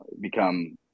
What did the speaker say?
become